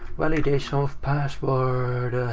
validation of password,